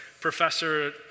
professor